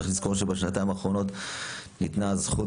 צריך לזכור שבשנתיים האחרונות ניתנה הזכות